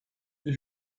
ich